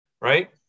Right